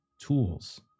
tools